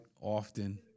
often